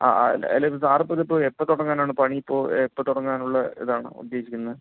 ആ ആ അല്ല ഇപ്പോൾ സാറിപ്പോൾ ഇതിപ്പോൾ എപ്പോൾ തുടങ്ങാനാണ് പണി ഇപ്പോൾ എപ്പോൾ തുടങ്ങാനുള്ള ഇതാണ് ഉദ്ദേശിക്കുന്നത്